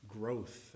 growth